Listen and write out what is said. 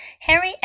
Harry